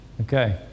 okay